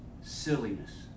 silliness